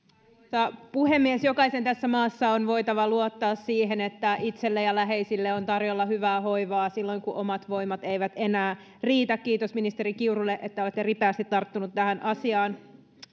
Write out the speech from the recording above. puhemies jokaisen tässä maassa on voitava luottaa siihen että itselle ja läheisille on tarjolla hyvää hoivaa silloin kun omat voimat eivät enää riitä kiitos ministeri kiurulle että olette ripeästi tarttunut tähän asiaan